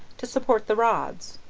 to support the rods,